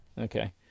Okay